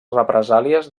represàlies